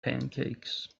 pancakes